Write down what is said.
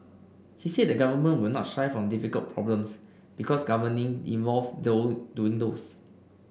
he said the government will not shy from difficult problems because governing involves doing those